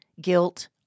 guilt